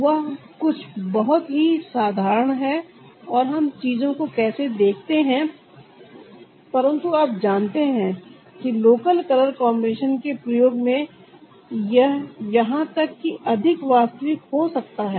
वह कुछ बहुत ही साधारण है और हम चीजों को कैसे देखते हैं परंतु आप जानते हैं कि लोकल कलर कॉन्बिनेशन के प्रयोग में यह यहां तक कि अधिक वास्तविक हो सकता है